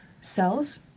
cells